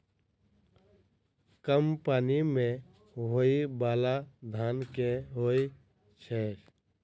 कम पानि मे होइ बाला धान केँ होइ छैय?